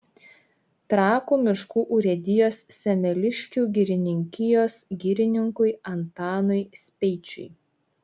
trakų miškų urėdijos semeliškių girininkijos girininkui antanui speičiui